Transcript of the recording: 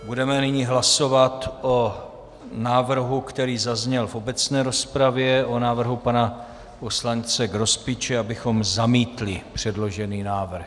Budeme nyní hlasovat o návrhu, který zazněl v obecné rozpravě, o návrhu pana poslance Grospiče, abychom zamítli předložený návrh.